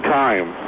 time